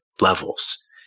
levels